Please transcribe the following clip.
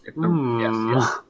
Yes